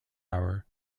hour